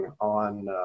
on